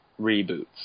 reboots